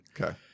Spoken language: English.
Okay